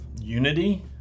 unity